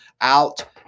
out